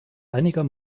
einiger